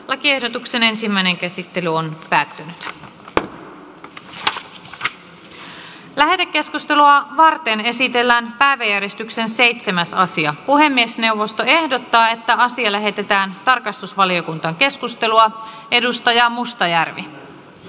kokoontuu välittömästi tämän täysistunnon päätyttyä valiokunnan huoneeseen järjestäytymistä varten esitellään äänieristyksen seitsemäs sija puhemiesneuvosto ehdottaa että vasile heitetään tarkastusvaliokunta keskustelua edustajaa mustajärvi